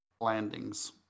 landings